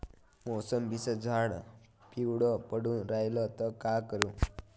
मोसंबीचं झाड पिवळं पडून रायलं त का करू?